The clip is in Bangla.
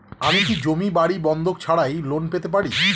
আমি কি জমি বাড়ি বন্ধক ছাড়াই লোন পেতে পারি?